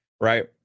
right